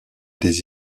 des